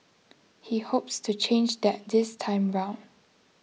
he hopes to change that this time round